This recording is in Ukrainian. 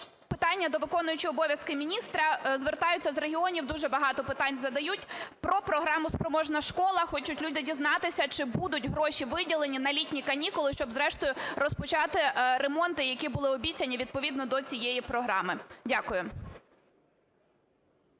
питання до виконуючого обов'язки міністра. Звертаються з регіонів, дуже багато питань задають про програму "Спроможна школа". Хочуть люди дізнатися, чи будуть гроші виділені на літні канікули, щоб зрештою розпочати ремонти, які були обіцяні відповідно до цієї програми? Дякую.